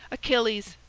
achilles!